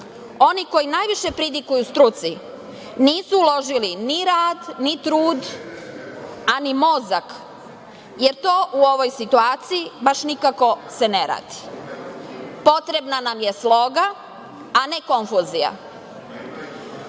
Oni koji naviše pridikuju struci nisu uložili ni rad, ni trud, a ni mozak, jer to u ovoj situaciji baš nikako se ne radi. Potrebna nam je sloga, a ne konfuzija. Vanredno